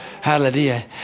Hallelujah